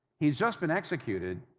he's just been executed.